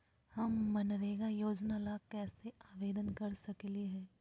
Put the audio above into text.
हम मनरेगा योजना ला कैसे आवेदन कर सकली हई?